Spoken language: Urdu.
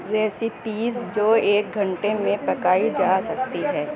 ریسیپیز جو ایک گھنٹے میں پکائی جا سکتی ہیں